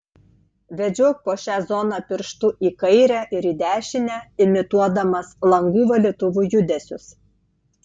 vedžiok po šią zoną pirštu į kairę ir į dešinę imituodamas langų valytuvų judesius